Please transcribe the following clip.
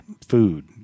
Food